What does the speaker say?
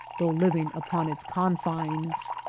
though living upon its confines.